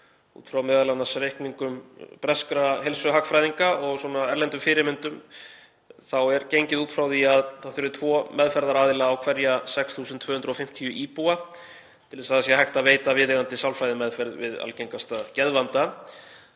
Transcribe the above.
m.a. í reikningum breskra heilsuhagfræðinga og út frá erlendum fyrirmyndum, er gengið út frá því að það þurfi tvo meðferðaraðila á hverja 6.250 íbúa til þess að það sé hægt að veita viðeigandi sálfræðimeðferð við algengasta geðvanda.